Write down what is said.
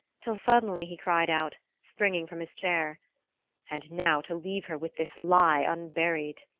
till suddenly he cried out, springing from his chair and now to leave her with this lie unburied!